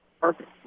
Perfect